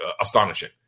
astonishing